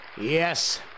Yes